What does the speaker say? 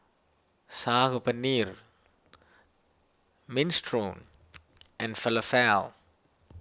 Saag Paneer Minestrone and Falafel